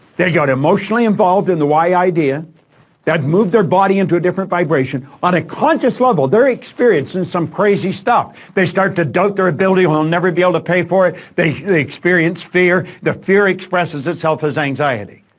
they got emotionally involved in the y idea that moved their body into a different vibration. on a conscious level, they're experiencing some crazy stuff. they start to doubt their ability, oh, i'll never be able to pay for it. they they experience fear. the fear expresses itself as anxiety.